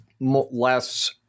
less